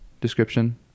description